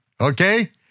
Okay